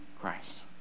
Christ